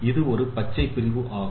இது ஒரு பச்சை பிரிவு ஆகும்